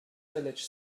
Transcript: village